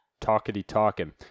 talkity-talking